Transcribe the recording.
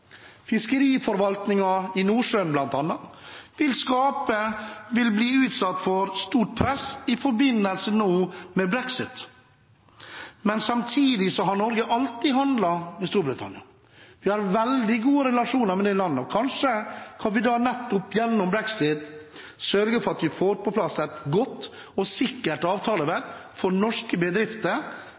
i Nordsjøen, bl.a., vil bli utsatt for stort press nå i forbindelse med brexit. Samtidig har Norge alltid handlet med Storbritannia. Vi har veldig gode relasjoner med det landet, og kanskje kan vi nettopp gjennom brexit sørge for at vi får på plass et godt og sikkert avtaleverk for norske bedrifter,